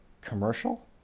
commercial